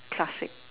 classic